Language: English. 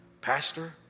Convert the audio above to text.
Pastor